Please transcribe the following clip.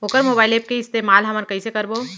वोकर mobile app के इस्तेमाल हमन कइसे करबो?